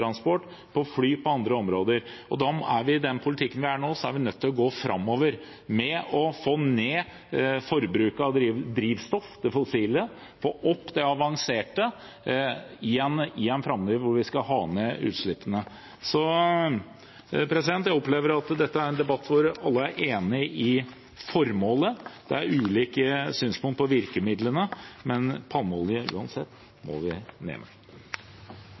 på tungtransport, på fly og på andre områder. I den politikken vi er i nå, er vi nødt til å gå framover med å få ned forbruket av fossilt drivstoff og få opp det avanserte, i en framdrift hvor vi skal ha ned utslippene. Jeg opplever at dette er en debatt hvor alle er enige om formålet. Det er ulike synspunkt på virkemidlene, men bruken av palmeolje må uansett ned.